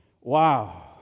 Wow